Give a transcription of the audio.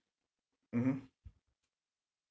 mmhmm